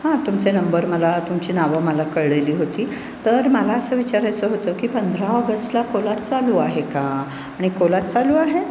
हां तुमचे नंबर मला तुमची नावं मला कळलेली होती तर मला असं विचारायचं होतं की पंधरा ऑगस्टला कोलाज चालू आहे का आणि कोलाज चालू आहे